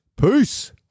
peace